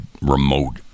remote